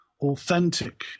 authentic